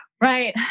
Right